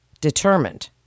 determined